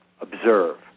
observe